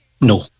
no